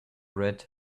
red